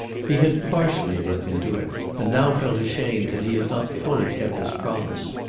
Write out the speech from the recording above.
he had partially looked into it and now felt ashamed that he had not fully kept his promise.